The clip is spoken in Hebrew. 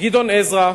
גדעון עזרא,